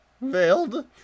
veiled